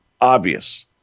obvious